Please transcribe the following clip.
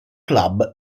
club